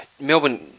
Melbourne